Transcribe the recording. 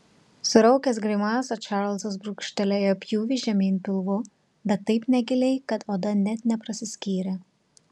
suraukęs grimasą čarlzas brūkštelėjo pjūvį žemyn pilvu bet taip negiliai kad oda net neprasiskyrė